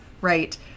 right